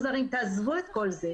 תעזבו את כל זה.